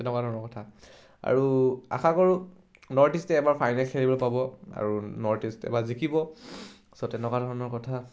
তেনেকুৱা ধৰণৰ কথা আৰু আশা কৰোঁ নৰ্থ ইষ্টে এবাৰ ফাইনেল খেলিবলৈ পাব আৰু নৰ্থ ইষ্ট এবাৰ জিকিব চ' তেনেকুৱা ধৰণৰ কথা